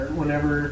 whenever